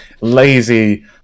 lazy